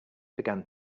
began